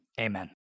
Amen